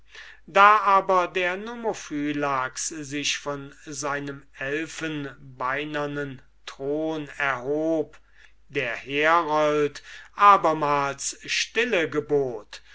da aber der nomophylax von seinem elfenbeinernen thron aufstund der herold abermals stille